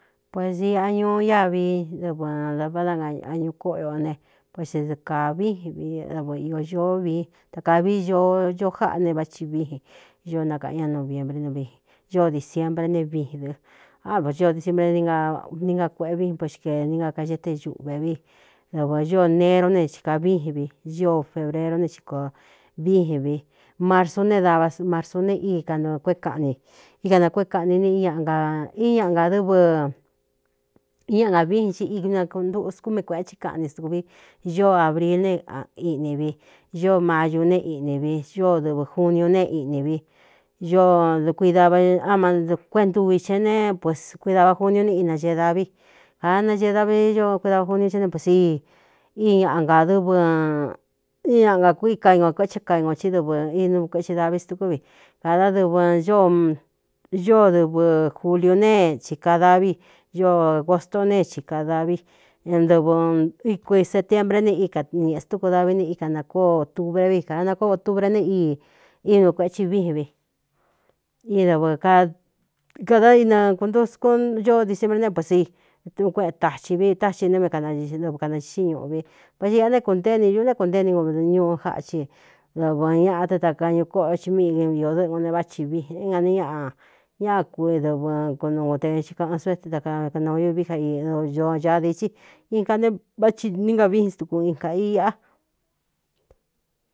Pues iꞌa ñuu iávi dɨvɨ ndavá da añu kóꞌo o ne pues d kā víin vi dɨvɨ iō ñōó viín ta kā vi ñoo ño jáꞌa ne váthi víin ño nakaꞌan ñá nuviembré nvi ñō disiembre ne vin dɨ ádo o disimbre a nínga kueꞌe vin pxkeni na kaxee te ñuꞌvē vi dɨvɨ ñō nerú ne chīka víin vi ño febreru ne ikō víin vi marsu ne é dava marsu ne í kanɨvɨ kuéé kaꞌni íka nākué kaꞌni í ñꞌ gādɨ́vɨ í ñaꞌa ga viin chi iinakuntuskú mi kuēꞌethí kaꞌni stuku vi ñoō ābril ne iꞌnī vi ñ mayu ne iꞌnī vi ñoo dɨvɨ juniuu ne iꞌni vi kuidava á madɨkuéꞌe ntuvi xe ne pue kuidava juniu ne inagee da vi kāda nacee da vi ño kuidava juniu ché né pues í ñadɨɨí ñaꞌa gākui ka i gu o kueꞌchɨ kaig ō cí dɨvɨ inu kueꞌthɨ davi stukú vi kāda dɨvɨ ñó dɨvɨ juliu ne chī kadaví ñoo bostó ne chīkada vi ne dɨvɨ íkui setembre ne í ka ñēꞌe stúku davi ne íka nakóo otuvre vi kāda nakóo otuvre ne íi ínu kuētsi víin vi í dɨvɨ kāda inɨkuntusku ñoo disembre né pues itun kueꞌen taxi vi tá xi né mé dɨvɨ kanachixí ñuꞌu vi vá tɨ iꞌa né kuntée ini ñūꞌ né kuntée ni kuñuu jáchi dɨvɨn ñaꞌa te takañu kóꞌo o i mí iō dɨꞌngo ne váci viné ane ñaꞌa ñáꞌ kudɨvɨ kunuute ɨikaꞌɨn suée a akanūñuvi j iñoñaa dií tsi i ka eváti níngavíin stuku in ka iꞌa.